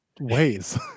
ways